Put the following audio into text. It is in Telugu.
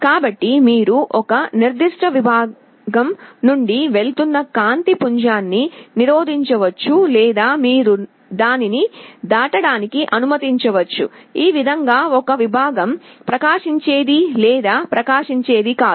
కాబట్టి మీరు ఒక నిర్దిష్ట విభాగం గుండా వెళుతున్న కాంతి పుంజాన్ని నిరోధించవచ్చు లేదా మీరు దానిని దాటడానికి అనుమతించవచ్చు ఈ విధంగా ఒక విభాగం ప్రకాశించేది లేదా ప్రకాశించేది కాదు